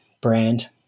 brand